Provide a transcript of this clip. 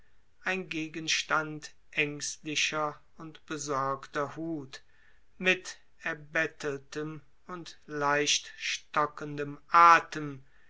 ein gegenstand ängstlicher und besorgter hut mit erbetteltem und leicht stockendem athem